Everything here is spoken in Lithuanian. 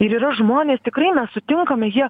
ir yra žmonės tikrai mes sutinkame jie